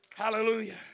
Hallelujah